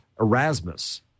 Erasmus